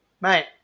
mate